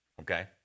Okay